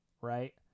Right